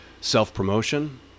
self-promotion